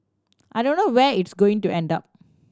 I don't know where it's going to end up